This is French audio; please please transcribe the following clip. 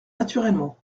naturellement